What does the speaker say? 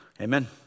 Amen